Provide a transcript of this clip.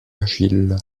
agile